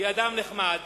"היא אדם נחמד,